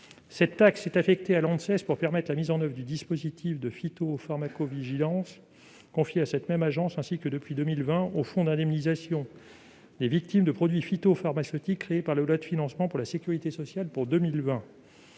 et du travail (Anses) pour permettre la mise en oeuvre du dispositif de phytopharmacovigilance confié à cette même agence ainsi que, depuis 2020, au fonds d'indemnisation des victimes de produits phytopharmaceutiques créé par la loi de financement de la sécurité sociale pour 2020.